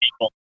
people